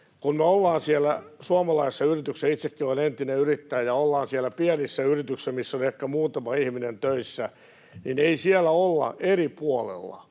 kun ollaan siellä suomalaisessa yrityksessä — itsekin olen entinen yrittäjä — ja ollaan siellä pienissä yrityksissä, missä on ehkä muutama ihminen töissä, niin ei siellä olla eri puolilla,